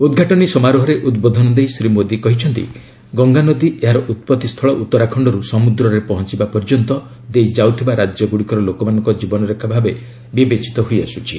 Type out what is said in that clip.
ଉଦ୍ଘାଟନୀ ସମାରୋହରେ ଉଦ୍ବୋଧନ ଦେଇ ଶ୍ରୀ ମୋଦୀ କହିଛନ୍ତି ଗଙ୍ଗା ନଦୀ ଏହାର ଉପୂଭିସୁଳ ଉଉରାଖଣ୍ଡରୁ ସମୁଦ୍ରେ ପହଞ୍ଚିବା ପର୍ଯ୍ୟନ୍ତ ଦେଇଯାଉଥିବା ରାଜ୍ୟଗୁଡ଼ିକର ଲୋକମାନଙ୍କ ଜୀବନରେଖା ଭାବେ ବିବେଚିତ ହୋଇଆସ୍ରଛି